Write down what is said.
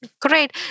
Great